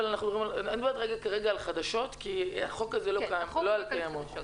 אני מדברת כרגע על חדשות כי החוק הזה לא קיים על קיימות.